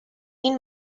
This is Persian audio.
این